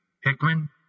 Hickman